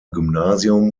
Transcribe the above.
gymnasium